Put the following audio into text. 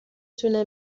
تونه